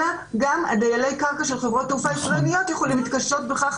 אלא גם דיילי הקרקע של חברות התעופה הישראליות יכולים להתקשות בכך,